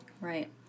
Right